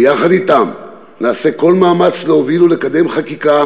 ויחד אתם נעשה כל מאמץ להוביל ולקדם חקיקה